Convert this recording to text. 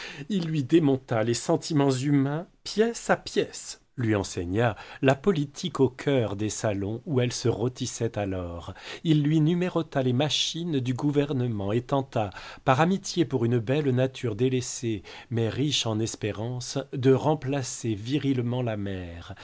il lui démonta les sentiments humains pièce à pièce lui enseigna la politique au cœur des salons où elle se rôtissait alors il lui numérota les machines du gouvernement et tenta par amitié pour une belle nature délaissée mais riche en espérance de remplacer virilement la mère